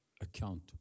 account